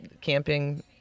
camping